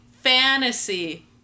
fantasy